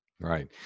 Right